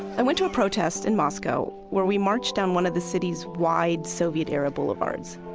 i went to a protest in moscow where we marched down one of the cities wide soviet era boulevards.